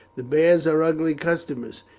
the bears are ugly customers.